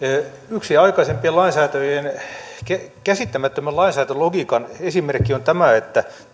yksi esimerkki aikaisempien lainsäätäjien käsittämättömästä lainsäädäntölogiikasta on tämä että